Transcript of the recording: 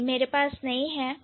नहीं मेरे पास नहीं है